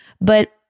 But-